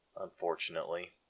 Unfortunately